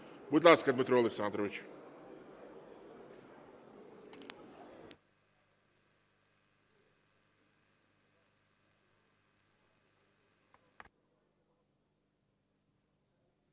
Будь ласка, Дмитро Олександрович.